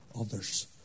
others